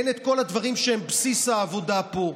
אין את כל הדברים שהם בסיס העבודה פה,